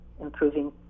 improving